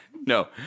no